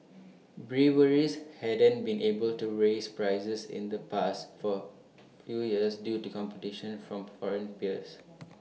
breweries hadn't been able to raise prices in the past for few years due to competition from foreign peers